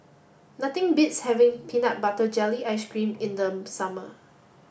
nothing beats having peanut butter jelly ice cream in the summer